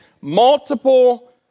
multiple